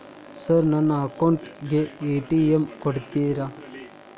Sir ನನ್ನ account ಗೆ ATM ಕೊಡುತ್ತೇರಾ?